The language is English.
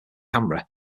camera